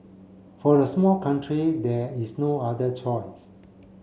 for a small country there is no other choice